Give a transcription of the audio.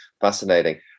Fascinating